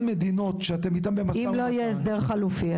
מדינות שאתם איתם במשא ומתן --- אם לא יהיה הסדר חלופי,